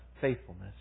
faithfulness